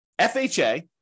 FHA